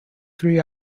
three